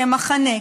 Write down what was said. כמחנה,